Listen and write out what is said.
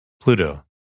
Pluto